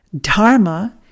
Dharma